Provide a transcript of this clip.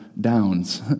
downs